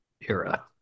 era